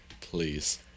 please